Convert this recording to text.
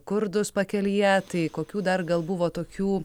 kurdus pakelyje tai kokių dar gal buvo tokių